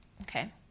Okay